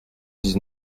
dix